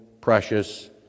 precious